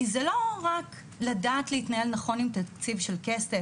כי זה לא רק לדעת להתנהל נכון עם תקציב של כסף.